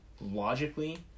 logically